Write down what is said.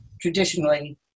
traditionally